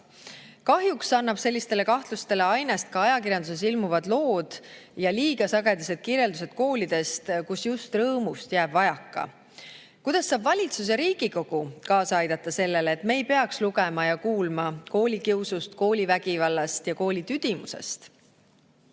Kahjuks annavad sellistele kahtlustele ainest ka ajakirjanduses ilmuvad lood ja liiga sagedased kirjeldused koolidest, kus just rõõmust jääb vajaka. Kuidas saavad valitsus ja Riigikogu kaasa aidata sellele, et me ei peaks lugema ja kuulma koolikiusust, koolivägivallast ja koolitüdimusest?